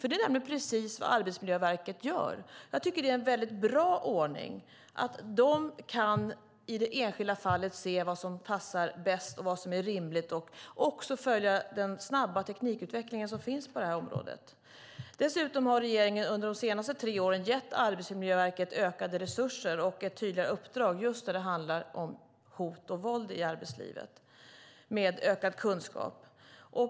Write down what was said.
Det är precis vad Arbetsmiljöverket gör. Det är en väldigt bra ordning att det i det enskilda fallet kan se vad som passar bäst och vad som är rimligt och också följa den snabba teknikutveckling som finns på området. Dessutom har regeringen under de senaste tre åren gett Arbetsmiljöverket ökade resurser och ett tydligare uppdrag om ökad kunskap när det handlar om hot och våld i arbetslivet.